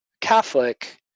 catholic